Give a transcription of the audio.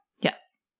Yes